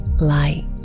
light